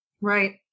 Right